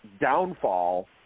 downfall